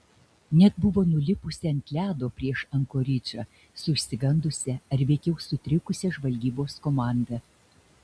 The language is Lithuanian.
net buvo nulipusi ant ledo prieš ankoridžą su išsigandusia ar veikiau sutrikusia žvalgybos komanda